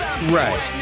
Right